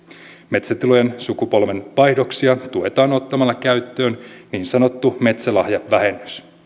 metsätilojen sukupolvenvaihdoksia tuetaan ottamalla käyttöön niin sanottu metsälahjavähennys